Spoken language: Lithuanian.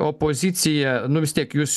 opozicija nu vis tiek jūs